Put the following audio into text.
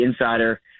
insider